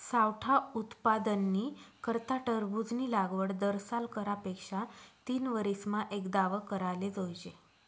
सावठा उत्पादननी करता टरबूजनी लागवड दरसाल करा पेक्षा तीनवरीसमा एकदाव कराले जोइजे